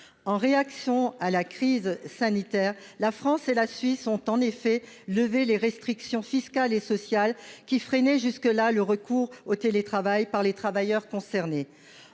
En réaction à la crise sanitaire, la France et la Suisse avaient en effet levé les restrictions fiscales et sociales qui freinaient jusqu'alors le recours au télétravail par les travailleurs concernés.